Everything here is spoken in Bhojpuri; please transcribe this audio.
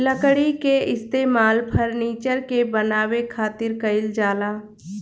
लकड़ी के इस्तेमाल फर्नीचर के बानवे खातिर कईल जाला